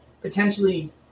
potentially